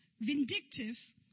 vindictive